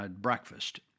breakfast